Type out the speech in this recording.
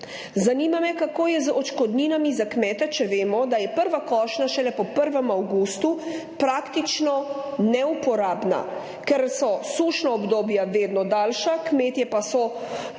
kmetov? Kako je z odškodninami za kmete, če vemo, da je prva košnja šele po 1. avgustu praktično neuporabna, ker so sušna obdobja vedno daljša, kmetje pa so lahko